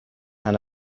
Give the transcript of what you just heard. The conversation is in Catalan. han